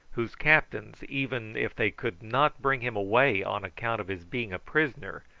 whose captains, even if they could not bring him away on account of his being a prisoner,